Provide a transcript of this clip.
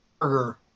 burger